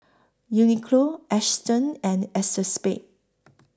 Uniqlo Astons and ACEXSPADE